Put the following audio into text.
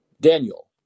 Daniel